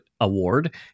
Award